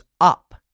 up